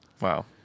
Wow